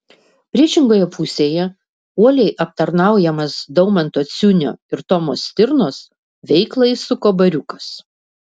priešingoje pusėje uoliai aptarnaujamas daumanto ciunio ir tomo stirnos veiklą įsuko bariukas